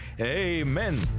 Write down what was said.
amen